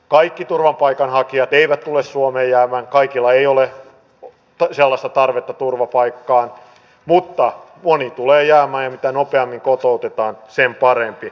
kaikki turvapaikanhakijat eivät tule suomeen jäämään kaikilla ei ole sellaista tarvetta turvapaikkaan mutta moni tulee jäämään ja mitä nopeammin kotoutetaan sen parempi